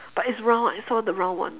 but it's round I saw the round one